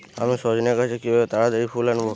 আমি সজনে গাছে কিভাবে তাড়াতাড়ি ফুল আনব?